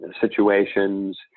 situations